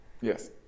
Yes